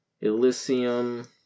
Elysium